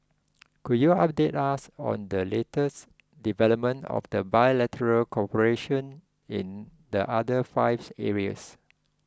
could you update us on the latest development of the bilateral cooperation in the other five areas